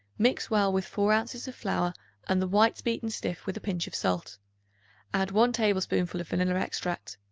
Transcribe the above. mix well with four ounces of flour and the whites beaten stiff with a pinch of salt add one tablespoonful of vanilla extract.